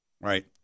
right